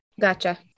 gotcha